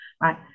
Right